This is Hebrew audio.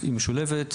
היא משולבת,